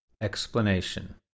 Explanation